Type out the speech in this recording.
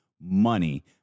money